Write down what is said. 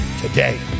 today